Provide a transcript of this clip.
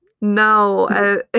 No